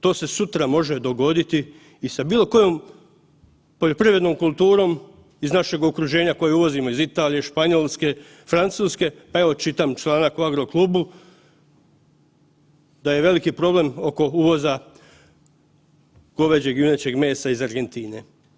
To se sutra može dogoditi i sa bilo kojom poljoprivrednom kulturom iz našeg okruženja koju uvozimo iz Italije, Španjolske, Francuske, pa evo, čitam čl. u Agroklubu, da je veliki problem oko uvoza goveđeg i junećeg mesa iz Argentine.